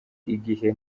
igihe